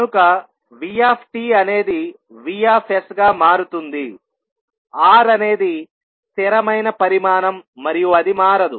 కనుక vtఅనేది Vsగా మారుతుంది Rఅనేది స్థిరమైన పరిమాణం మరియు అది మారదు